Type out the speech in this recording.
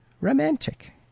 romantic